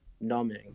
numbing